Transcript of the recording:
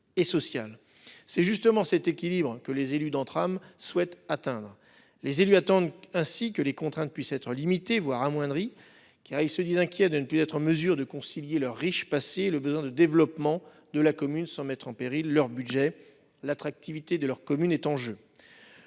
et social. C'est justement cet équilibre que les élus d'Entrammes souhaitent atteindre. Ils attendent ainsi que les contraintes puissent être limitées, voire amoindries, car ils s'inquiètent de ne plus être en mesure de concilier leur riche passé et le besoin de développement de la commune sans mettre en péril leurs budgets : l'attractivité de leur commune est en jeu